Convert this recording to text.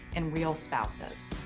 and real spouses.